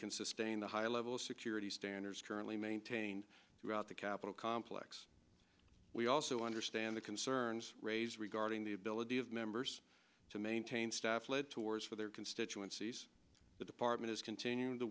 can sustain the high level of security standards currently maintained throughout the capitol complex we also understand the concerns raised regarding the ability of members to maintain staff led tours for their constituencies the department is continu